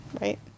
right